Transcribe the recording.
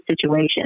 situation